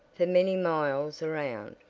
for many miles around,